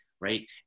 right